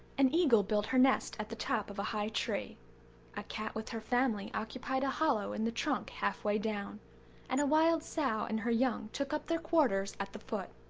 an eagle built her nest at the top of a high tree a cat with her family occupied a hollow in the trunk half-way down and a wild sow and her young took up their quarters at the foot.